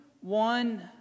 one